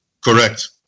Correct